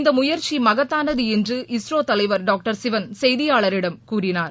இந்த முயற்சி மகத்தானது என்று இஸ்ரோ தலைவர் டாக்டர் சிவன் செய்தியாளரிடம் கூறினார்